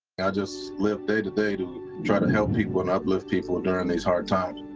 i just live day to day to try to help people and uplift people during these hard times.